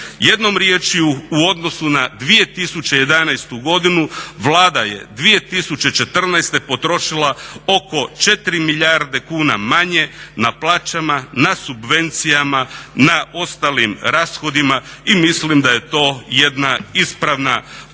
Jednom riječju u odnosu na 2011. godinu Vlada je 2014. potrošila oko 4 milijarde kuna manje na plaćama, na subvencijama, na ostalim rashodima. I mislim da je to jedna ispravna politika